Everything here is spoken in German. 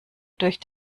durch